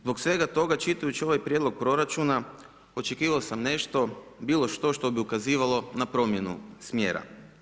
Zbog svega toga čitajući ovaj prijedlog proračuna očekivao sam nešto, bilo što što bi ukazivalo na promjenu smjera.